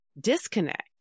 disconnect